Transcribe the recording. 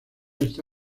esta